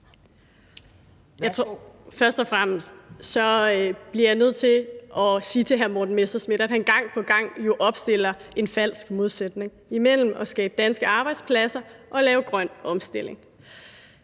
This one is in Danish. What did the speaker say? (SF): Først og fremmest bliver jeg nødt til at sige til hr. Morten Messerschmidt, at han gang på gang jo opstiller en falsk modsætning imellem at skabe danske arbejdspladser og lave grøn omstilling.